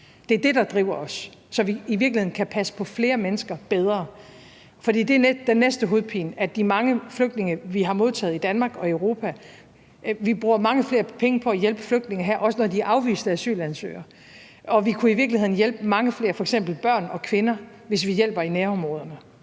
Det er det, der driver os, så vi i virkeligheden kan passe på flere mennesker bedre. For den næste hovedpine er de mange flygtninge, vi har modtaget i Danmark og i Europa. Vi bruger mange flere penge på at hjælpe flygtninge her, også når de er afviste asylansøgere, men vi kunne i virkeligheden hjælpe mange flere, f.eks. børn og kvinder, hvis vi hjælper i nærområderne.